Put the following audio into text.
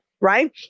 right